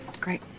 great